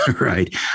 Right